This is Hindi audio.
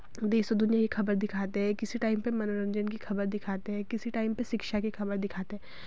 देश सुर दुनिया की खबर दिखाते हैं किसी टाइम पे मनोरंजन की खबर दिखाते हैं किसी टाइम शिक्षा की खबर दिखाते